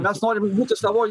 mes norim būti savoj